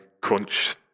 crunch